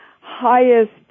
highest